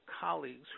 colleagues